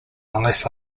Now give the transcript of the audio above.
unless